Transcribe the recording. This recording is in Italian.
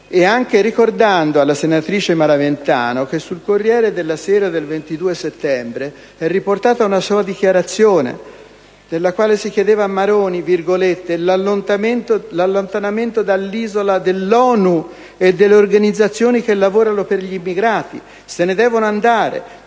e anche ricordando alla senatrice Maraventano che sul Corriere della sera del 22 settembre è riportata una sua dichiarazione nella quale chiedeva al ministro Maroni l'allontanamento dall'isola dell'«ONU e delle organizzazioni che lavorano per gli immigrati: se ne devono andare,